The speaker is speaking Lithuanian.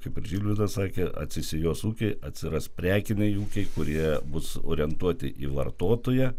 kaip ir žilvinas sakė atsisijos ūkiai atsiras prekiniai ūkiai kurie bus orientuoti į vartotoją